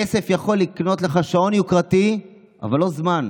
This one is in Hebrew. כסף יכול לקנות לך שעון יוקרתי, אבל לא זמן.